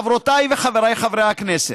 חברותיי וחבריי חברי הכנסת,